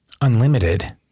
Unlimited